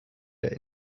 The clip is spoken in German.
der